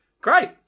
Great